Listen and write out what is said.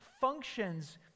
functions